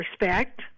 respect